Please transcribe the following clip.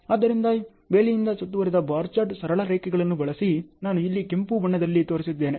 ಆದ್ದರಿಂದ ಬೇಲಿಯಿಂದ ಸುತ್ತುವರಿದ ಬಾರ್ ಚಾರ್ಟ್ ಸರಳ ರೇಖೆಗಳನ್ನು ಬಳಸಿ ನಾನು ಇಲ್ಲಿ ಕೆಂಪು ಬಣ್ಣದಲ್ಲಿ ತೋರಿಸಿದ್ದೇನೆ